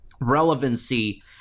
relevancy